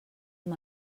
amb